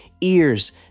ears